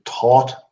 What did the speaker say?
taught